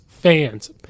Fans